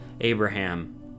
Abraham